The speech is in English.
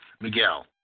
Miguel